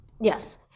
yes